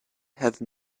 have